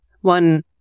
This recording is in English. one